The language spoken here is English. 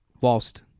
whilst